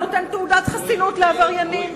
היום אתה נותן תעודת חסינות לעבריינים.